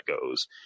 goes